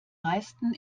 meisten